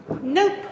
Nope